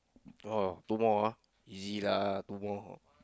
oh two more ah easy lah two more